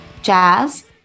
jazz